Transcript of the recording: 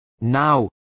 Now